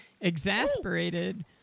exasperated